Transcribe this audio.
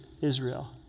Israel